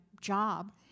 job